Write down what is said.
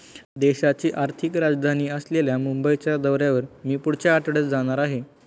देशाची आर्थिक राजधानी असलेल्या मुंबईच्या दौऱ्यावर मी पुढच्या आठवड्यात जाणार आहे